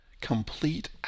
complete